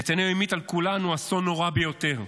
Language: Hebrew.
נתניהו המיט על כולנו אסון נורא ביותר.